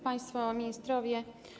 Państwo Ministrowie!